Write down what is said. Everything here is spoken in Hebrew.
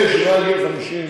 אלה שמעל גיל 50,